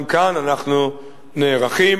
גם כאן אנחנו נערכים.